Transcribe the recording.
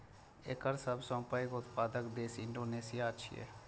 एकर सबसं पैघ उत्पादक देश इंडोनेशिया छियै